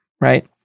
right